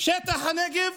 שטח הנגב